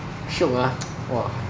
shiok ah !wah!